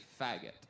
faggot